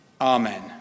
Amen